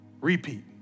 repeat